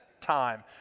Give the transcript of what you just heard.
time